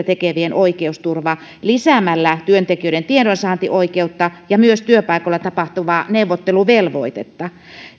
tekevien oikeusturva lisäämällä työntekijöiden tiedonsaantioikeutta ja myös työpaikoilla tapahtuvaa neuvotteluvelvoitetta